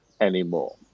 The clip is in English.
anymore